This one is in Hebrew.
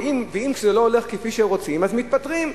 וכשזה לא הולך כפי שרוצים, אז מתפטרים.